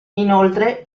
inoltre